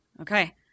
Okay